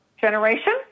generation